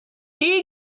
die